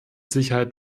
sicherheit